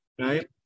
right